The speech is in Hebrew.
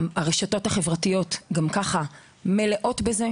הרשתות החברתיות גם ככה מלאות בזה.